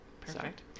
Perfect